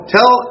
Tell